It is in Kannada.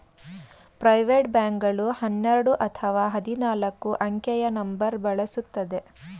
ಪ್ರೈವೇಟ್ ಬ್ಯಾಂಕ್ ಗಳು ಹನ್ನೆರಡು ಅಥವಾ ಹದಿನಾಲ್ಕು ಅಂಕೆಯ ನಂಬರ್ ಬಳಸುತ್ತದೆ